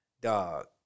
dog